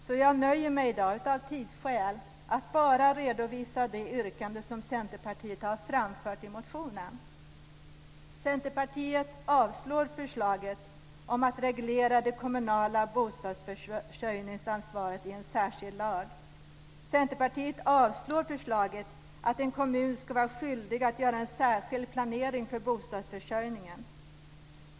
Därför nöjer jag mig i dag, av tidsskäl, med att redovisa bara de yrkanden som Centerpartiet har framfört i motionen: · Centerpartiet yrkar avslag på förslaget om att reglera det kommunala bostadsförsörjningsansvaret i en särskild lag. · Centerpartiet yrkar avslag på förslaget om att en kommun ska vara skyldig att göra en särskild planering för bostadsförsörjningen.